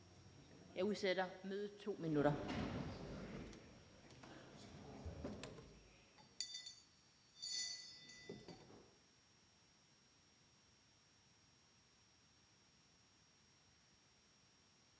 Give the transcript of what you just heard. Jeg udsætter mødet i 2 minutter.